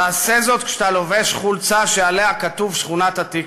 תעשה זאת כשאתה לובש חולצה שעליה כתוב "שכונת-התקווה".